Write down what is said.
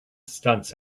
stunts